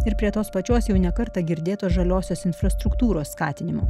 ir prie tos pačios jau ne kartą girdėtos žaliosios infrastruktūros skatinimo